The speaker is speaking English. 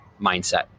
mindset